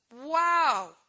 Wow